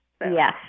Yes